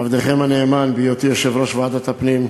עבדכם הנאמן, בהיותי יושב-ראש ועדת הפנים,